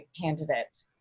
candidate